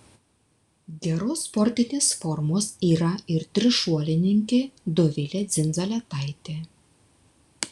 geros sportinės formos yra ir trišuolininkė dovilė dzindzaletaitė